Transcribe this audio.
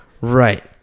Right